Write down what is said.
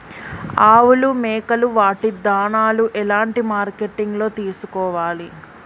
ఆవులు మేకలు వాటి దాణాలు ఎలాంటి మార్కెటింగ్ లో తీసుకోవాలి?